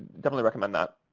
definitely recommend that.